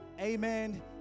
Amen